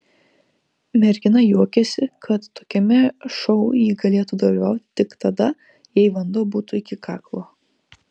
mergina juokėsi kad tokiame šou ji galėtų dalyvauti tik tada jei vanduo būtų iki kaklo